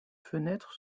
fenêtre